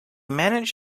managed